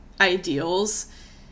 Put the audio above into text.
ideals